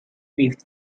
with